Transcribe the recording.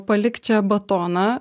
palik čia batoną